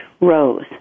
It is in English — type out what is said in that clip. rose